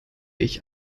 ich